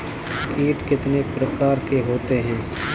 कीट कितने प्रकार के होते हैं?